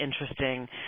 interesting